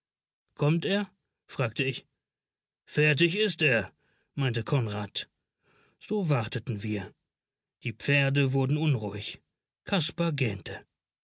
kommt er fragte ich fertig is er meinte konrad so warteten wir die pferde wurden unruhig kaspar gähnte